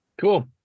Cool